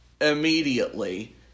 immediately